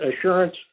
assurance